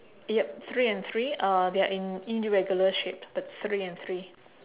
yup three and three uh they are in irregular shape but three and three